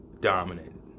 Dominant